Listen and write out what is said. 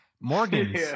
Morgans